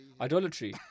idolatry